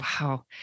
Wow